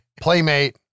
playmate